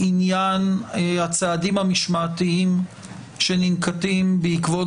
לעניין הצעדים המשמעתיים שננקטים בעקבות